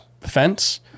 fence